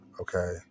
okay